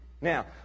Now